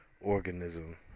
organism